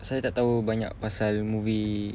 saya tak tahu banyak pasal movie